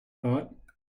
thought